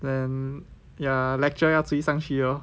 then ya lecture 要追上去 lor